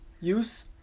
Use